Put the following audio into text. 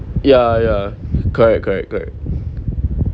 ya ya correct correct correct